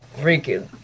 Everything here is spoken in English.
freaking